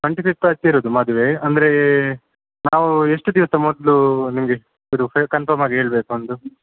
twenty fifth ಆಚೆ ಇರೋದು ಮದುವೆ ಅಂದರೆ ನಾವು ಎಷ್ಟು ದಿವಸ ಮೊದಲು ನಿಮಗೆ ಇದು ಕನ್ಫರ್ಮ್ ಆಗಿ ಹೇಳಬೇಕು ಒಂದು